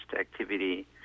activity